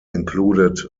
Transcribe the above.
included